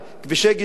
כבישי גישה,